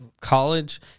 college